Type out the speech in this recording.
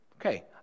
okay